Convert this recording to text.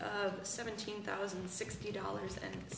of seventeen thousand and sixty dollars and